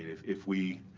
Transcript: if if we